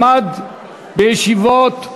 למד בישיבות,